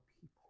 people